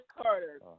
Carter